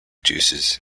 juices